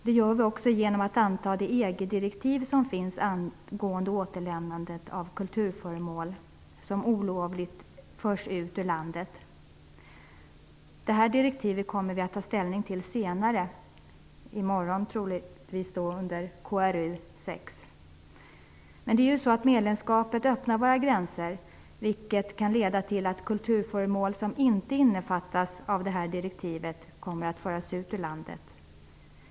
Det gör vi också genom att anta det EG direktiv som finns angående återlämnande av kulturföremål som olovligt förts ut ur landet. Det här direktivet kommer vi att ta ställning till senare, troligtvis i morgon, när vi debatterar KrU6. Medlemskapet öppnar våra gränser, vilket kan leda till att kulturföremål som inte innefattas av detta direktiv kommer att föras ut ur landet.